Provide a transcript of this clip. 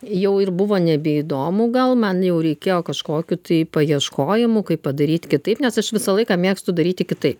jau ir buvo nebeįdomu gal man jau reikėjo kažkokių tai paieškojimų kaip padaryt kitaip nes aš visą laiką mėgstu daryti kitaip